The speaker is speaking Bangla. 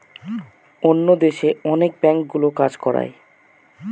অন্য দেশে অনেক ব্যাঙ্কগুলো কাজ করায়